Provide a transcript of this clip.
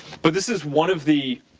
but this is one of the